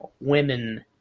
women